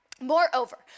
Moreover